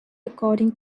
according